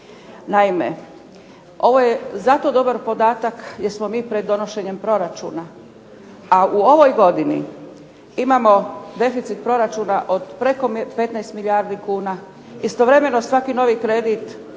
Naime, ovo je zato dobara podatak jer smo mi pred donošenjem proračuna. A u ovoj godini imamo deficit proračuna preko 15 milijardi kuna, istovremeno svaki novi kredit